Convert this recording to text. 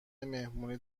مهمونی